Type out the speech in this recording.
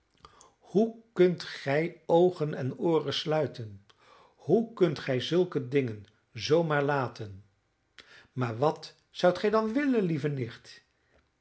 hoe kunt gij oogen en ooren sluiten hoe kunt gij zulke dingen zoo maar laten maar wat zoudt gij dan willen lieve nicht